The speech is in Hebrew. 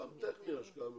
ההשקעה הממשלתית,